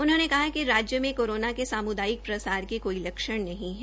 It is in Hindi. उन्होंने कहा कि राज्य में कोरोना के सामुदायिक प्रसार के कोई लक्षण नहीं है